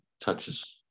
touches